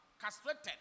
castrated